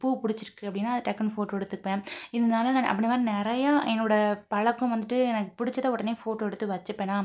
பூ பிடிச்சிருக்கு அப்படின்னா அதை டக்குன்னு ஃபோட்டோ எடுத்துப்பேன் அதனால நான் அப்படி நான் நிறையா என்னோடய பழக்கம் வந்துட்டு எனக்கு பிடிச்சத உடனே ஃபோட்டோ எடுத்து வச்சிப்பனா